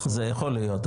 זה יכול להיות,